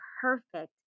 perfect